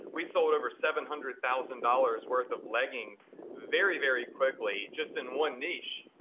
we sold over seven hundred thousand dollars worth of leggings very, very quickly, just in one niche,